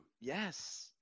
yes